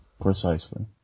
Precisely